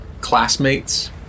classmates